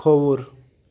کھووُر